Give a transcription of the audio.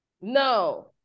No